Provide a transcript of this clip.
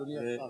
אדוני השר,